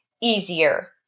easier